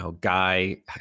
guy